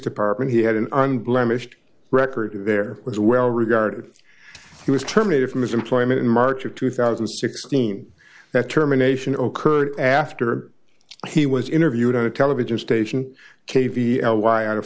department he had an unblemished record there was well regarded he was terminated from his employment in march of two thousand and sixteen that terminations occurred after he was interviewed on a television station kavi l y out